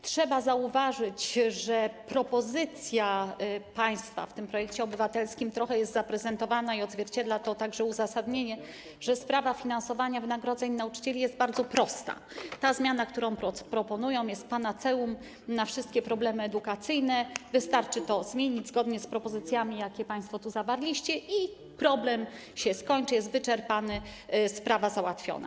Trzeba zauważyć, że propozycja państwa zaprezentowana w tym projekcie obywatelskim trochę pokazuje, i odzwierciedla to także uzasadnienie, że sprawa finansowania wynagrodzeń nauczycieli jest bardzo prosta, że ta zmiana, którą państwo proponują, jest panaceum na wszystkie problemy edukacyjne, że wystarczy to zmienić zgodnie z propozycjami, jakie państwo tu zawarliście, i problem się skończy, jest wyczerpany, sprawa jest załatwiona.